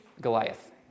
Goliath